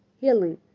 healing